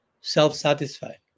Self-satisfied